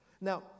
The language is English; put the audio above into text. Now